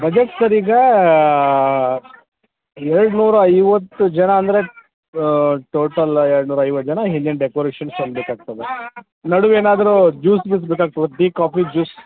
ಅದೆ ಸರ್ ಈಗ ಎರಡುನೂರ ಐವತ್ತು ಜನ ಅಂದರೆ ಟೋಟಲ್ ಎರಡುನೂರ ಐವತ್ತು ಜನ ಹಿಂದಿಂದು ಡೆಕೊರೇಷನ್ಸ್ ಒಂದು ಬೇಕಾಗ್ತದೆ ನಡುವೆ ಏನಾದ್ರು ಜ್ಯೂಸ್ ಗೀಸ್ ಬೇಕಾಗ್ತದೆ ಟೀ ಕಾಫಿ ಜ್ಯೂಸ್